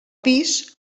pis